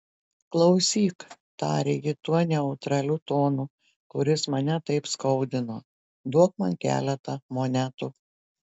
klausyk tarė ji tuo neutraliu tonu kuris mane taip skaudino duok man keletą monetų